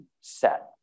set